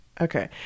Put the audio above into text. okay